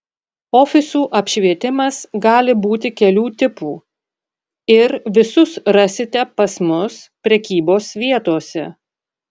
ofisų apšvietimas gali būti kelių tipų ir visus rasite pas mus prekybos vietose